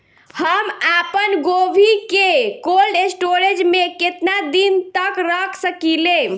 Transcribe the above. हम आपनगोभि के कोल्ड स्टोरेजऽ में केतना दिन तक रख सकिले?